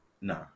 Nah